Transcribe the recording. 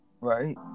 right